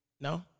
No